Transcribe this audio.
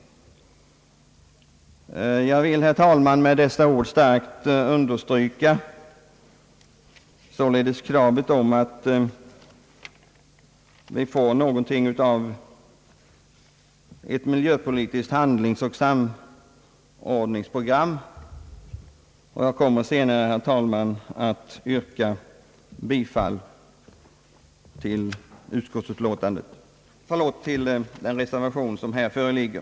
Jag vill, herr talman, med dessa ord starkt understryka kravet på att vi får något av ett miljöpolitiskt handlingsoch samordningsprogram. Jag kommer senare, herr talman, att yrka bifall till den reservation till utskottsutlåtandet som här föreligger.